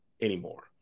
anymore